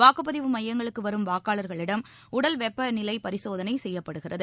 வாக்குப்பதிவு மையங்களுக்குவரும் வாக்காளர்களிடம் உடல் வெப்பநிலையரிசோதனை செய்யப்படுகிறது